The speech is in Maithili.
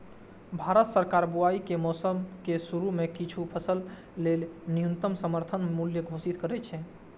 भारत सरकार बुआइ के मौसम के शुरू मे किछु फसल लेल न्यूनतम समर्थन मूल्य घोषित करै छै